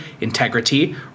integrity